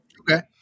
Okay